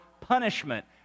punishment